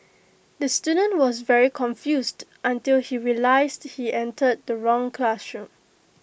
the student was very confused until he realised he entered the wrong classroom